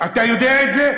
אתה יודע את זה?